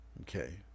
okay